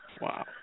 Wow